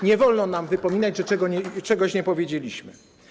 Nie wolno nam wypominać, że czegoś nie powiedzieliśmy.